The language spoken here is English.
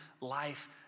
life